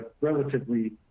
relatively